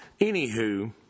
Anywho